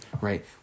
right